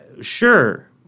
sure